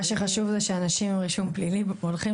מה שחשוב שאנשים עם רישום פלילי הולכים